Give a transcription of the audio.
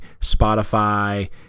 Spotify